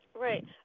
Right